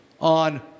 on